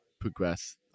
progress